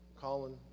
Colin